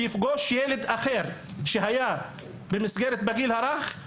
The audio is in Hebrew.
בהשוואה לילד אחר שכן היה במערכת החינוך בגיל הרך,